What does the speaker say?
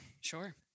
Sure